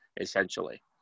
essentially